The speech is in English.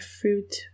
fruit